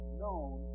known